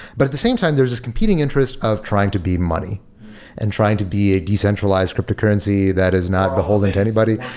but at the same time there is this competing interest of trying to be money and trying to be a decentralized cryptocurrency that is not beholding to anybody.